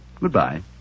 Goodbye